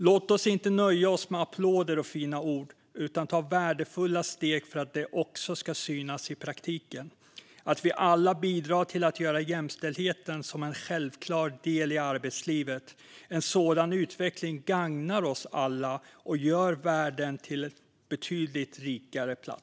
Låt oss inte nöja oss med applåder och fina ord utan ta värdefulla steg för att det också ska synas i praktiken att vi alla bidrar till att göra jämställdheten till en självklar del i arbetslivet. En sådan utveckling gagnar oss alla och gör världen betydligt rikare.